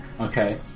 Okay